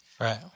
Right